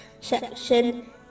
section